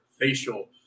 facial